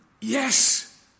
yes